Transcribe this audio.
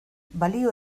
balio